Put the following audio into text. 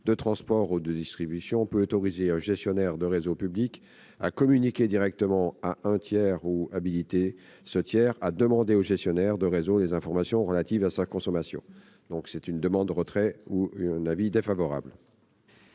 de transport ou de distribution peut autoriser un gestionnaire de réseau public à communiquer directement à un tiers ou habiliter ce tiers à demander au gestionnaire de réseau les informations relatives à sa consommation. La commission demande donc le retrait de ces amendements